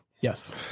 Yes